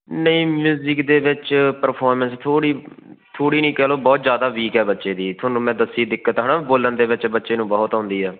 ਨਹੀਂ ਮਿਊਜਿਕ ਦੇ ਵਿੱਚ ਪ੍ਰਫੋਰਮੈਂਸ ਥੋੜ੍ਹੀ ਥੋੜ੍ਹੀ ਨਹੀਂ ਕਹਿ ਲਉ ਬਹੁਤ ਜ਼ਿਆਦਾ ਵੀਕ ਹੈ ਬੱਚੇ ਦੀ ਤੁਹਾਨੂੰ ਮੈਂ ਦੱਸੀ ਦਿੱਕਤ ਹੈ ਨਾ ਬੋਲਣ ਦੇ ਵਿੱਚ ਬੱਚੇ ਨੂੰ ਬਹੁਤ ਆਉਂਦੀ ਹੈ